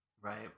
Right